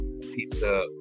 pizza